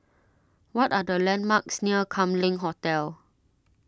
what are the landmarks near Kam Leng Hotel